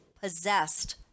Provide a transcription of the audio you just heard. possessed